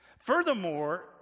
Furthermore